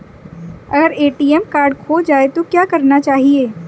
अगर ATM card खो जाए तो क्या करना चाहिए?